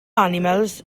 animals